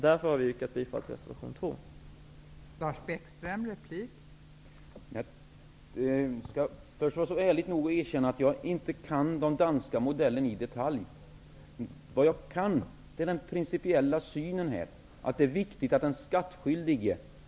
Därför har vi yrkat bifall till reservation 2.